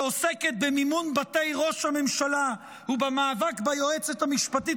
שעוסקת במימון בתי ראש הממשלה ובמאבק ביועצת המשפטית